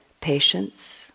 patience